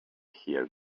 hear